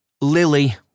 Lily